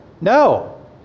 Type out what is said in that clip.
No